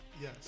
Yes